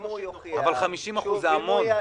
בוקר טוב.